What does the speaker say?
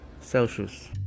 celsius